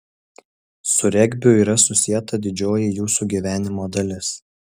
su regbiu yra susieta didžioji jūsų gyvenimo dalis